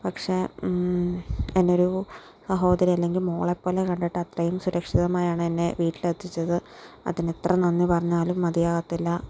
പക്ഷേ എന്നെ ഒരു സഹോദരി അല്ലെങ്കിൽ മോളെപ്പോലെ കണ്ടിട്ട് അത്രയും സുരക്ഷിതമായാണ് എന്നെ വീട്ടിലെത്തിച്ചത് അതിനെത്ര നന്ദി പറഞ്ഞാലും മതിയാവത്തില്ല